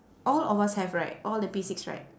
all of us have right all the P six right